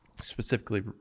specifically